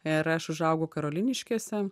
ir aš užaugau karoliniškėse